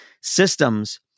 systems